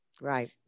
Right